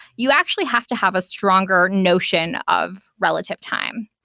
you actually have to have a stronger notion of relative time.